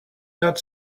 not